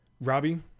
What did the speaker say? Robbie